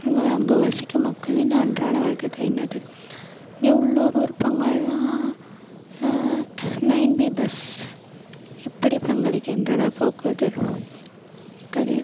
அங்கு வசிக்கும் மக்களின் அன்றாட வழக்கத்த என்ன த இங்கே உள்ளூர் விருப்பங்கள்னால் நயன் பி பஸ் எப்படி பங்களிக்கின்றன போக்குவரத்தில்